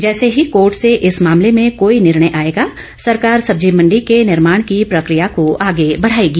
जैसे ही कोर्ट से इस मामले में कोई निर्णय आएगा सरकार सब्जी मंडी के निर्माण की प्रक्रिया को आगे बढ़ाएगी